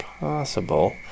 Possible